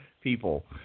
people